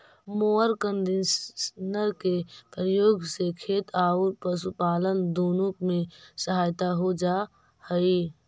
mower conditioner के प्रयोग से खेत औउर पशुपालन दुनो में सहायता हो जा हई